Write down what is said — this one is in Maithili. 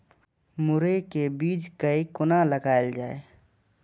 मुरे के बीज कै कोना लगायल जाय?